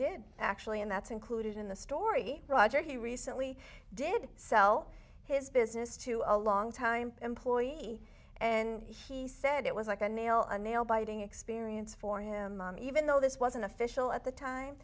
did actually and that's included in the story roger he recently did sell his business to a long time employee and he said it was like a nail a nail biting experience for him even though this was an official at the time